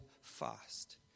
fast